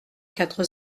quatre